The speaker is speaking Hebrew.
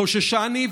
חוששני,